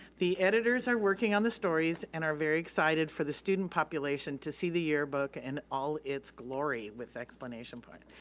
the editors are working on the stories and are very excited for the student population to see the yearbook in and all its glory, with exclamation points.